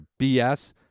BS